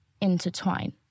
intertwine